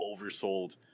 oversold